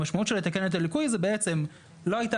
המשמעות של לתקן את הליקוי זה בעצם לא הייתה